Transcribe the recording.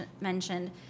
mentioned